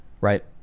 right